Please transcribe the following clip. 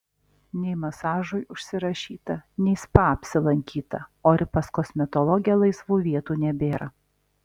nei masažui užsirašyta nei spa apsilankyta o ir pas kosmetologę laisvų vietų nebėra